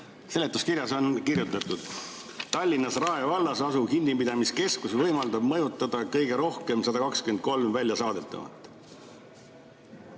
Seletuskirjas on kirjutatud: "Tallinnas Rae vallas asuv kinnipidamiskeskus võimaldab majutada kõige rohkem 123 väljasaadetavat